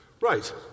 Right